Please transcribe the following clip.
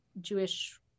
Jewish